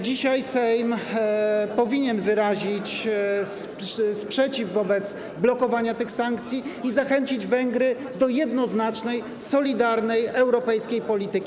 Dzisiaj Sejm powinien wyrazić sprzeciw wobec blokowania tych sankcji i zachęcić Węgry do jednoznacznej, solidarnej, europejskiej polityki.